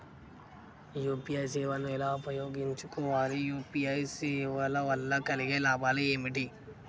UPI సేవను ఎలా ఉపయోగించు కోవాలి? యూ.పీ.ఐ సేవల వల్ల కలిగే లాభాలు ఏమిటి?